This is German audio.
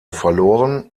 verloren